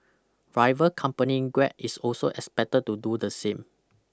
rival company grab is also expected to do the same